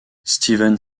steven